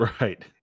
Right